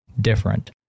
different